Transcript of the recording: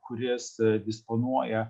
kuris disponuoja